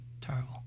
Terrible